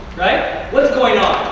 what's going on?